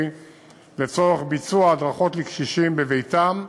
לצורך ביצוע הדרכות לקשישים בבתיהם